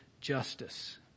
justice